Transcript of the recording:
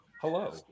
Hello